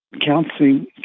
counseling